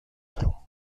plan